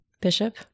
Bishop